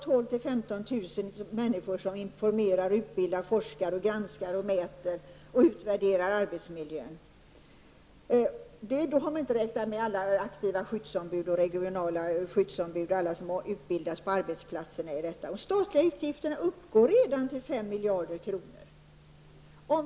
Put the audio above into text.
12 000--15 000 människor informerar, utbildar, forskar, granskar, mäter och utvärderar arbetsmiljön, och då har man inte räknat med alla lokala och regionala skyddsombud och alla som utbildas i skyddsarbete på arbetsplatserna. De statliga utgifterna uppgår redan till 5 miljarder kronor.